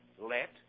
Let